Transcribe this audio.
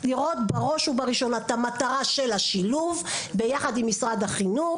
לראות בראש ובראשונה את המטרה של השילוב יחד עם משרד החינוך.